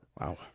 Wow